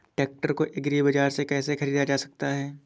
Tractor को agri बाजार से कैसे ख़रीदा जा सकता हैं?